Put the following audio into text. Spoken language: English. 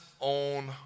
own